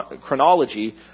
chronology